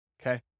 okay